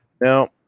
Now